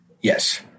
yes